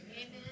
Amen